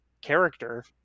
character